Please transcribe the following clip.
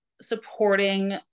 supporting